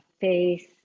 face